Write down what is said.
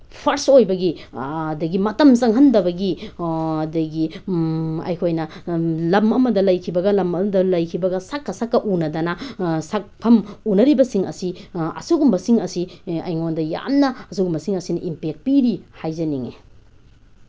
ꯐꯔꯁ ꯑꯣꯏꯕꯒꯤ ꯑꯗꯒꯤ ꯃꯇꯝ ꯃꯥꯡꯍꯟꯗꯕꯒꯤ ꯑꯗꯒꯤ ꯑꯩꯈꯣꯏꯅ ꯂꯝ ꯑꯃꯗ ꯂꯩꯈꯤꯕꯒ ꯂꯝ ꯑꯃꯗ ꯂꯩꯈꯤꯕꯒ ꯁꯛꯀ ꯁꯛꯀ ꯎꯅꯗꯅ ꯁꯛꯐꯝ ꯎꯅꯔꯤꯕꯁꯤꯡ ꯑꯁꯤ ꯑꯁꯨꯒꯨꯝꯕꯁꯤꯡ ꯑꯁꯤ ꯑꯩꯉꯣꯟꯗ ꯌꯥꯝꯅ ꯑꯁꯨꯒꯨꯝꯕꯁꯤꯡ ꯑꯁꯤꯅ ꯏꯝꯄꯦꯛ ꯄꯤꯔꯤ ꯍꯥꯏꯖꯅꯤꯡꯉꯤ